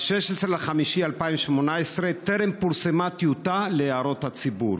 ב-16 במאי 2018 טרם פורסמה טיוטה להערות הציבור.